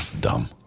Dumb